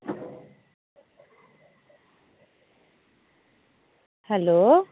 hello